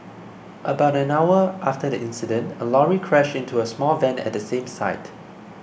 about an hour after the incident a lorry crashed into a small van at the same site